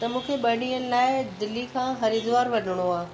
त मूंखे ॿ ॾींहनि लाइ दिल्ली खां हरिद्वार वञिणो आहे